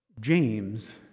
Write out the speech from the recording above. James